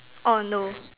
orh no